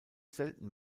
selten